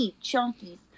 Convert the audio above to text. chunky